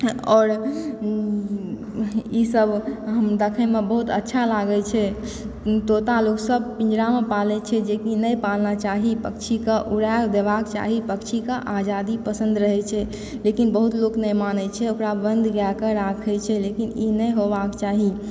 आओर ई सब हम देखै मे बहुत अच्छा लागै छै तोता जे छै पिजरा मे पालै छै जे कि नहि पालना चाही पक्षी के उड़ाऽ देबाक चाही पक्षी के आजादी पसन्द रहै छै जे कि बहुत लोक नहि मानै छै ओकरा दण्ड दय कऽ राखै छै लेकिन ई नहि होयबाक चाही